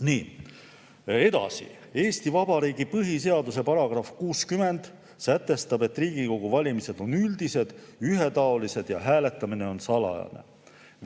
Nii, edasi. Eesti Vabariigi põhiseaduse § 60 sätestab, et Riigikogu valimised on üldised ja ühetaolised ning hääletamine on salajane.